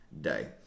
day